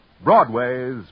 Broadway's